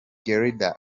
guelda